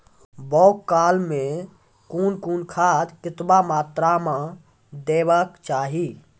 बौगक काल मे कून कून खाद केतबा मात्राम देबाक चाही?